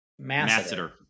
masseter